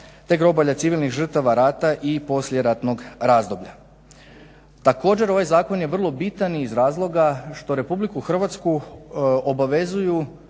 te groblja civilnih žrtava rata i poslijeratnog razdoblja. Također ovaj zakon je vrlo bitan i iz razloga što Republiku Hrvatsku obavezuju